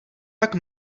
pak